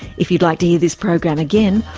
if you'd like to hear this program again,